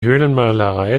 höhlenmalerei